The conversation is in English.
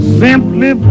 simply